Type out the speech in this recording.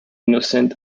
innocent